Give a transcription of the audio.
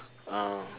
uh